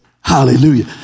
Hallelujah